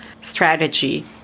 strategy